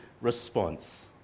response